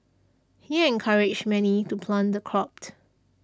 he encouraged many to plant the cropt